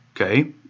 okay